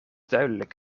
duidelijk